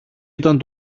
ήταν